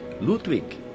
Ludwig